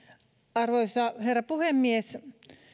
arvoisa herra puhemies